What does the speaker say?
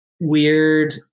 weird